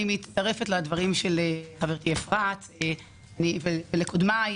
אני מצטרפת לדברים של חברתי אפרת רייטן מרום ולקודמיי.